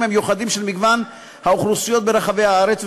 המיוחדים של מגוון האוכלוסיות ברחבי הארץ,